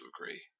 agree